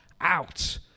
out